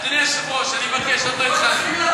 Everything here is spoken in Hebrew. אדוני היושב-ראש, אני מבקש, עוד לא התחלנו,